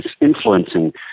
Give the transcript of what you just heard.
influencing